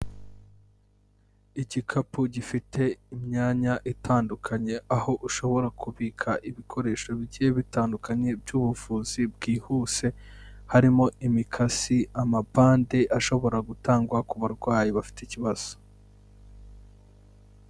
Igikapu gifite imyanya itandukanye, aho ushobora kubika ibikoresho bigiye bitandukanye by'ubuvuzi bwihuse, harimo imikasi, amabande ashobora gutangwa ku barwayi bafite ikibazo.